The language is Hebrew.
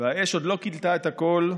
והאש עוד לא כילתה את הכול,